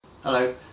Hello